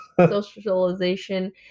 Socialization